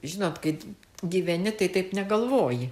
žinot kai gyveni tai taip negalvoji